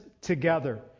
together